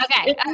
Okay